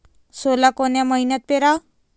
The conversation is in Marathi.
सोला कोन्या मइन्यात पेराव?